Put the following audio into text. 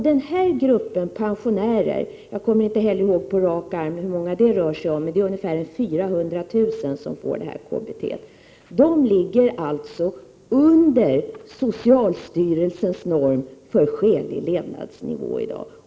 Denna grupp pensionärer — jag kommer inte ihåg exakt hur många de är, men det är ungefär 400 000 som får KBT - ligger alltså under socialstyrelsens norm för skälig levnadsnivå i dag.